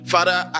Father